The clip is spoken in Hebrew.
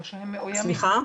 לא,